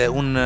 un